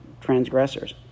transgressors